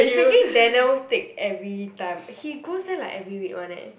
freaking Daniel take every time he goes there like every week [one] eh